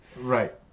right